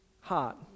heart